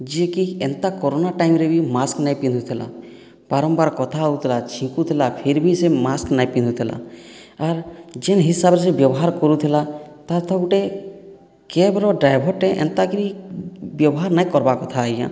ଯିଏ କି ଏନ୍ତା କରୋନା ଟାଇମରେ ବି ମାସ୍କ ନାଇଁ ପିନ୍ଧୁଥିଲା ବାରମ୍ବାର କଥା ହଉଥିଲା ଛିଙ୍କୁଥିଲା ଫିରବି ସେ ମାସ୍କ ନାଇଁ ପିନ୍ଧୁଥିଲା ଆର୍ ଯେନ୍ ହିସାବରେ ସେ ବ୍ୟବହାର କରୁଥିଲା ତାର୍ ତ ଗୁଟେ କ୍ୟାବ୍ର ଡ୍ରାଇଭରଟେ ଏନ୍ତାକିରି ବ୍ୟବହାର ନାଇଁ କର୍ବାର୍ କଥା ଆଜ୍ଞା